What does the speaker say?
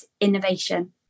innovation